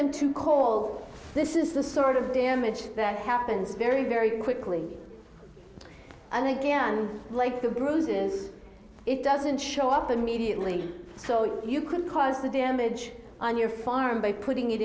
them to call this is the sort of damage that happens very very quickly and again like the bruises it doesn't show up immediately so you can cause the damage on your farm by putting it